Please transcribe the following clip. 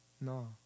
No